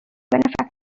benefactors